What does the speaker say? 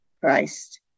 Christ